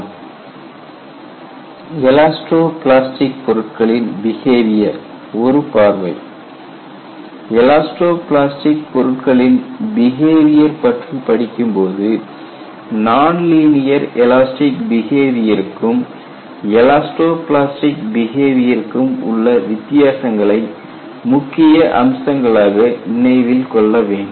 Review of Elasto Plastic Material Behaviour elasto plastic பொருட்களின் behaviour ஒரு பார்வை எலாஸ்டோ பிளாஸ்டிக் பொருட்களின் பிஹேவியர் பற்றிப் படிக்கும்போது நான்லீனியர் எலாஸ்டிக் பிஹேவியருக்கும் எலாஸ்டோ பிளாஸ்டிக் பிஹேவியருக்கும் உள்ள வித்தியாசங்களை முக்கிய அம்சங்களாக நினைவில் கொள்ளவேண்டும்